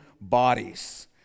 bodies